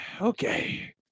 Okay